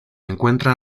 encuentra